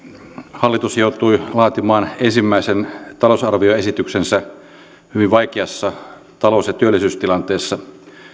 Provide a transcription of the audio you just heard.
hallitus joutui laatimaan ensimmäisen talousarvioesityksensä hyvin vaikeassa talous ja työllisyystilanteessa